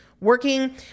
working